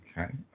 Okay